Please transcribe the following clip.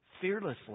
fearlessly